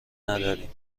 نداریم